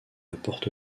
apporte